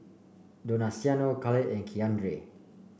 donaciano Khalid and Keandre